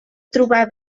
trobar